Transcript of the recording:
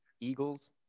Eagles